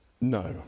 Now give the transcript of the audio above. No